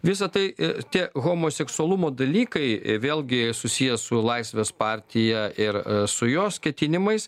visa tai i tie homoseksualumo dalykai vėlgi susiję su laisvės partija ir su jos ketinimais